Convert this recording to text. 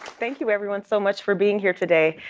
thank you, everyone so much for being here today.